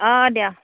অঁ দিয়া